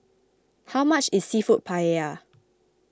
how much is Seafood Paella